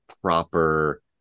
Proper